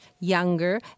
younger